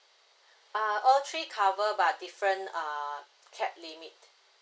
ah all three cover but different uh capped limit